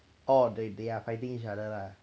oh they they're fighting each other lah